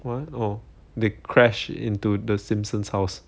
what oh they crashed into the simpsons house